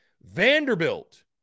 Vanderbilt